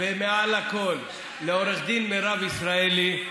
מעל הכול, לעו"ד מירב ישראלי.